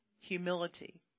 humility